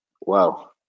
Wow